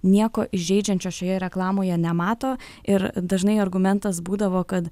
nieko įžeidžiančio šioje reklamoje nemato ir dažnai argumentas būdavo kad